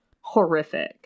horrific